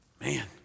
Man